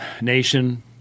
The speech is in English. nation